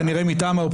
כנראה מטעם האופוזיציה.